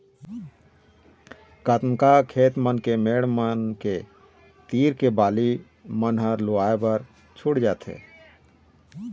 ननका खेत मन के मेड़ मन के तीर के बाली मन ह लुवाए बर छूट जाथे